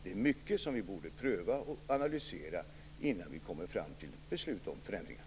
Det är mycket som vi borde pröva och analysera innan vi kommer fram till beslut om förändringar.